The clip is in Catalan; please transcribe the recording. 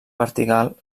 vertical